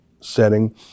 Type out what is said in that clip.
setting